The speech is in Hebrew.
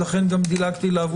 לכן גם דילגתי אליו,